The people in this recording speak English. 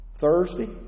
Thursday